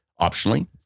optionally